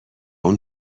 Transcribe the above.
اون